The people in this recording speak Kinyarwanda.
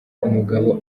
umugabo